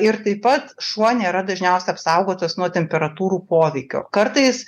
ir taip pat šuo nėra dažniausia apsaugotas nuo temperatūrų poveikio kartais